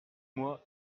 moi